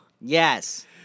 Yes